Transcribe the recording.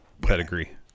Pedigree